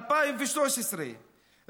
2013,